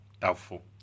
doubtful